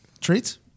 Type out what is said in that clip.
Treats